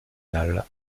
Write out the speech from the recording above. national